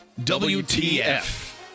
WTF